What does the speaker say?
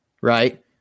right